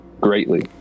greatly